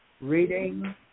reading